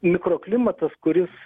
mikroklimatas kuris